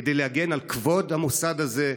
כדי להגן על כבוד המוסד הזה,